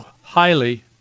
highly